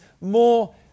more